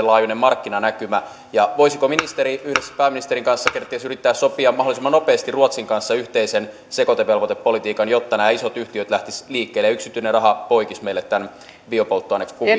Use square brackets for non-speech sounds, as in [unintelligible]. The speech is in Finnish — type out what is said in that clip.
[unintelligible] laajuinen markkinanäkymä voisiko ministeri yhdessä pääministerin kanssa kenties yrittää sopia mahdollisimman nopeasti ruotsin kanssa yhteisen sekoitevelvoitepolitiikan jotta nämä isot yhtiöt lähtisivät liikkeelle ja yksityinen raha poikisi meille tämän biopolttoainekuvion [unintelligible]